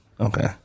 Okay